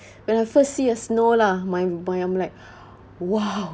when I first see a snow lah my my I'm like !wow!